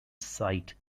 sight